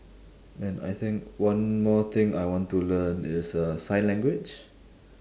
and I think one more thing I want to learn is uh sign language